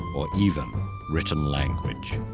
or even written language.